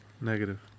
Negative